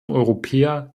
europäer